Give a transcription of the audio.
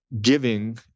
Giving